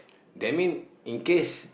that mean in case